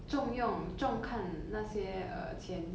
重用重看那些 uh 钱